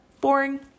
boring